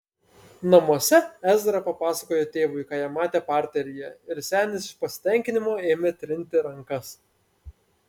namuose ezra papasakojo tėvui ką jie matę parteryje ir senis iš pasitenkinimo ėmė trinti rankas